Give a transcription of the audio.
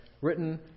written